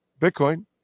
Bitcoin